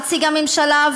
נציג הממשלה,